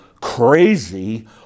crazy